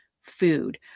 food